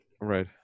Right